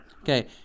Okay